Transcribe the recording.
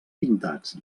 pintats